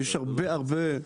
יש הרבה הרבה.